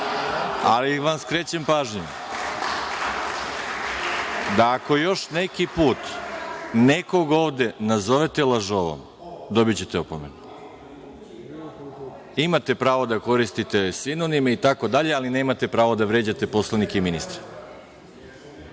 ali vam skrećem pažnju da ćete, ako još neki put nekog ovde nazovete lažovom, dobiti opomenu. Imate pravo da koristite sinonime, itd, ali nemate pravo da vređate poslanike i ministre.